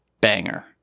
banger